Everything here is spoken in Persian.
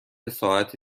ساعت